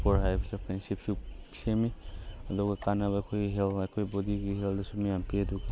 sport ꯍꯥꯏꯕꯁꯦ ꯐ꯭ꯔꯦꯟꯁꯤꯞꯁꯨ ꯁꯦꯝꯃꯤ ꯑꯗꯨꯒ ꯀꯥꯟꯅꯕ ꯑꯩꯈꯣꯏꯒꯤ ꯍꯦꯜꯠ ꯑꯩꯈꯣꯏꯒꯤ ꯕꯣꯗꯤꯒꯤ ꯍꯦꯜꯠꯗꯁꯨ ꯃꯌꯥꯝ ꯄꯤ ꯑꯗꯨꯒ